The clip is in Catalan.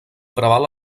preval